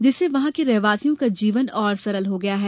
जिससे वहां के रहवासियों का जीवन और सरल हो गया है